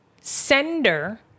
sender